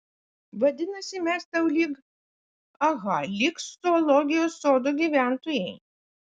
vadinasi mes tau lyg aha lyg zoologijos sodo gyventojai